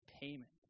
payment